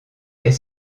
est